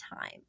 time